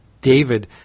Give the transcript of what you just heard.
David